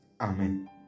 Amen